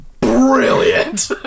Brilliant